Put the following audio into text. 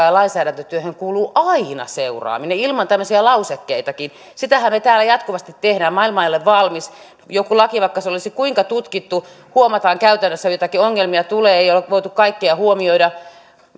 ja lainsäädäntötyöhön kuuluu aina seuraaminen ilman tämmöisiä lausekkeitakin sitähän me täällä jatkuvasti teemme maailma ei ole valmis jostain laista vaikka se olisi kuinka tutkittu huomataan käytännössä että joitakin ongelmia tulee ei ole voitu kaikkia huomioida